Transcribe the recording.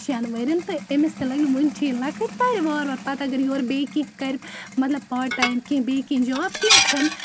شیٚن ؤرۍ یَن تہٕ أمِس تہٕ لَگہِ نہِ وٕنہ چھِ یہِ لَکٕٹۍ پَرِ وار وار پَتہٕ اگر یورٕ بیٚیہِ کینٛہہ کَرِ مَطلَب پاٹ ٹایم کینٛہہ بیٚیہِ کینٛہہ جاب کینٛہہ چھُنہٕ